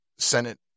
Senate